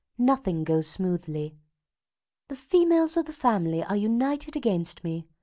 nothing goes smoothly the females of the family are united against me.